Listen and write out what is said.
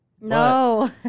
No